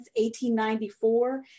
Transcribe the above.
1894